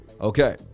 Okay